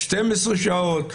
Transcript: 12 שעות.